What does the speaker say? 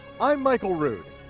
i'm michael rood,